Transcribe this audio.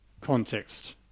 context